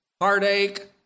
heartache